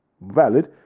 Valid